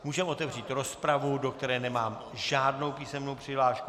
Můžeme otevřít rozpravu, do které nemám žádnou písemnou přihlášku.